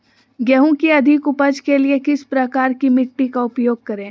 गेंहू की अधिक उपज के लिए किस प्रकार की मिट्टी का उपयोग करे?